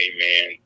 Amen